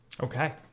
Okay